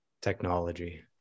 Technology